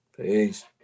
Peace